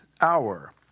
hour